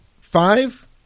Five